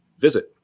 visit